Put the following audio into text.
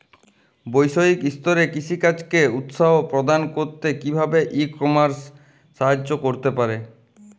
বৈষয়িক স্তরে কৃষিকাজকে উৎসাহ প্রদান করতে কিভাবে ই কমার্স সাহায্য করতে পারে?